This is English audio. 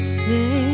say